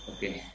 Okay